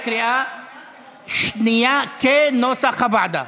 כנוסח הוועדה,